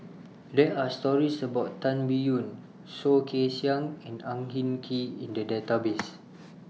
There Are stories about Tan Biyun Soh Kay Siang and Ang Hin Kee in The Database